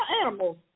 animals